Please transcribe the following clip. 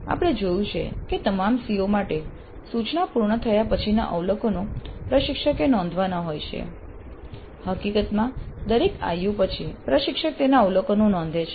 આપણે જોયું છે કે તમામ CO માટે સૂચના પૂર્ણ થયા પછીના અવલોકનો પ્રશિક્ષકે નોંધવાના હોય છે હકીકતમાં દરેક IU પછી પ્રશિક્ષક તેના અવલોકનો નોંધે છે